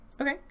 Okay